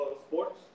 sports